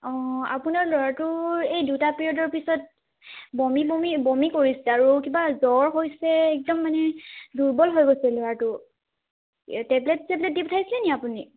অ আপোনাৰ ল'ৰাটোৰ এই দুটা পিৰিয়ডৰ পিছত বমি বমি বমি কৰিছে আৰু কিবা জ্বৰ হৈছে একদম মানে দুৰ্বল হৈ গৈছে ল'ৰাটো এই টেবলেট চেবলেট দি পঠাইছিলেনি আপুনি